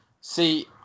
See